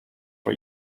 for